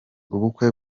ubukwe